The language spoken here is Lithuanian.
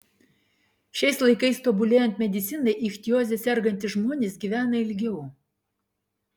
šiais laikais tobulėjant medicinai ichtioze sergantys žmonės gyvena ilgiau